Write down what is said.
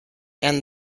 and